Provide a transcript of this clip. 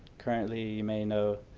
currently may know